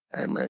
Amen